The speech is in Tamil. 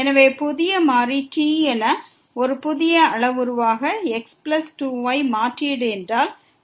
எனவே புதிய மாறி t என ஒரு புதிய அளவுருவாக x பிளஸ் 2 y மாற்றீடு என்றால்